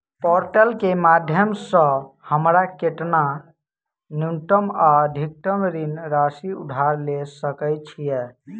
Portal केँ माध्यम सऽ हमरा केतना न्यूनतम आ अधिकतम ऋण राशि उधार ले सकै छीयै?